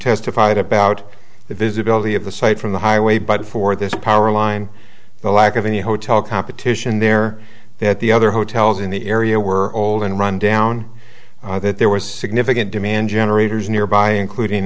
testified about the visibility of the site from the highway but for this power line the lack of any hotel competition there that the other hotels in the area were old and run down that there were significant demand generators nearby including